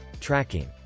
Tracking